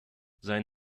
sein